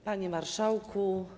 Panie Marszałku!